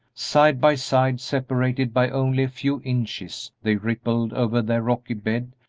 side by side, separated by only a few inches, they rippled over their rocky bed,